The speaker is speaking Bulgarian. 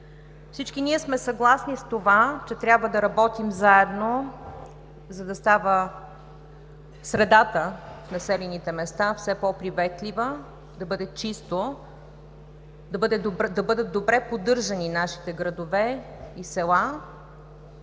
Всички ние сме съгласни с това, че трябва да работим заедно, за да става средата в населените места все по-приветлива, да бъде чисто, да бъдат добре поддържани нашите градове и села,